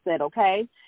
okay